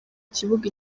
kibuga